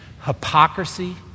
hypocrisy